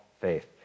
faith